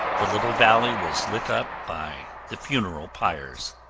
the little valley was lit up by the funeral pyres.